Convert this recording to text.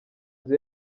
nzu